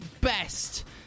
best